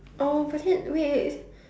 oh but then wait wait